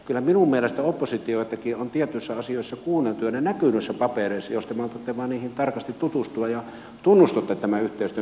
kyllä minun mielestäni oppositiotakin on tietyissä asioissa kuunneltu ja se näkyy noissa papereissa jos te maltatte vain niihin tarkasti tutustua ja tunnustatte tämän yhteistyön näkökulman